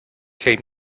came